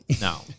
no